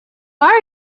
are